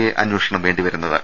A അന്വേഷണം വേണ്ടിവരുന്ന ത്